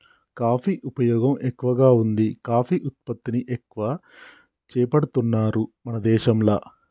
coffee ఉపయోగం ఎక్కువగా వుంది కాఫీ ఉత్పత్తిని ఎక్కువ చేపడుతున్నారు మన దేశంల